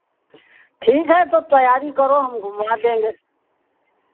ठीक है तो तैयारी करो हम घुमा देंगे